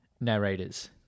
narrators